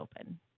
open